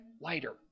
lighter